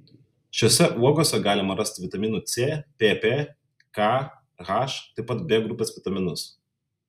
šiose uogose galima rasti vitaminų c pp k h taip pat b grupės vitaminus